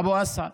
אבו אסעד.